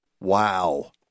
Wow